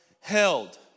held